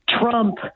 Trump